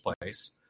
place